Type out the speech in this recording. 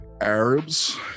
Arabs